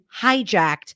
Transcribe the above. hijacked